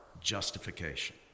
justification